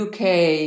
UK